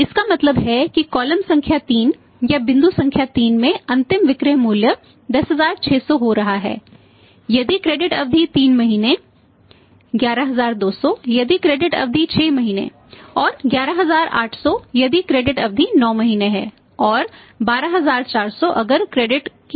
तो इसका मतलब है कि कॉलम की अवधि 12 महीने या एक वर्ष है ठीक है